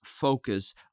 focus